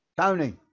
Tony